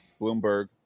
Bloomberg